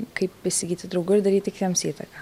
kaip įsigyti draugų ir daryti kitiems įtaką